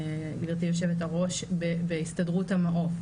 גברתי יושבת הראש בהסתדרות המעו"ף.